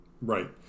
right